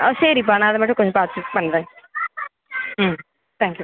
ஆ சரிப்பா நான் அதை மட்டும் கொஞ்சம் பார்த்து பண்ணுறேன் ம் தேங்க் யூ